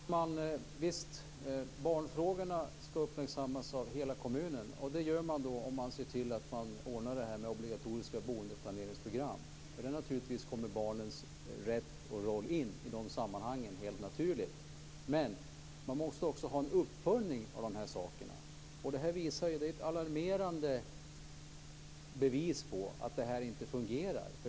Fru talman! Visst skall barnfrågorna uppmärksammas av hela kommunen, och det gör kommunen om man ser till att ordna obligatoriska boendeplaneringsprogram. I de sammanhangen kommer barnens rätt och roll in helt naturligt. Men det måste också göras en uppföljning av de sakerna. Det är ett alarmerande bevis på att det här inte fungerar.